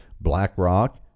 BlackRock